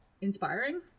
inspiring